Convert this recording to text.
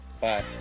Bye